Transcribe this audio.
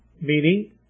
Meaning